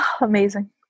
Amazing